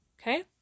Okay